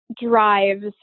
drives